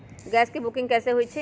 Gas के booking कैसे होईछई?